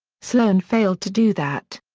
sloan failed to do that.